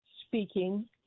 speaking